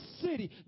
city